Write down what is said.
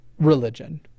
religion